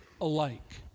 alike